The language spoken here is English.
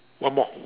one more